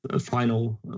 final